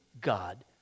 God